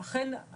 אכן,